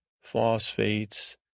phosphates